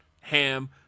ham